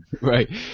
Right